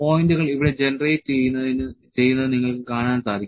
പോയിന്റുകൾ ഇവിടെ ജനറേറ്റ് ചെയ്യുന്നത് നിങ്ങൾക്ക് കാണാൻ സാധിക്കും